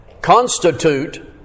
constitute